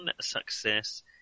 success